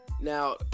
now